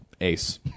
ace